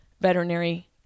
veterinary